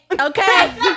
Okay